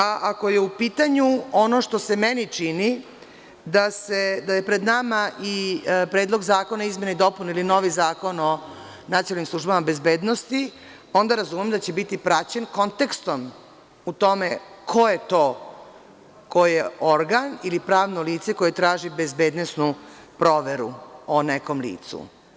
Ako je u pitanju ono što se meni čini, da je pred nama i predlog zakona o izmenama i dopunama ili novi Zakon o nacionalnim službama bezbednosti, onda razumem da će biti praćen kontekstom u tome ko je to, koji je organ ili pravno lice koje traži bezbednosnu proveru o nekom licu.